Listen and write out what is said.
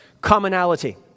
commonality